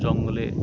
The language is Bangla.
জঙ্গলে